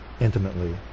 intimately